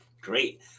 Great